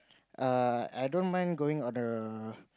err I don't mind going on a